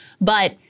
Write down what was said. But-